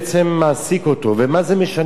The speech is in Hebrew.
ומה זה משנה אם זה גבר או אשה בעצם?